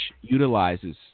utilizes